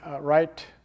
right